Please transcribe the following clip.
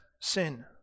sin